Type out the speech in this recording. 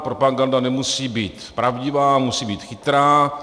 Propaganda nemusí být pravdivá, musí být chytrá.